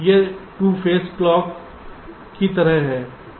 यह 2 face clock की तरह है